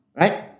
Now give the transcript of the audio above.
right